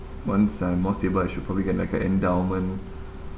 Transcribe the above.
once I'm more stable I should probably get like a endowment